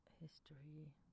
history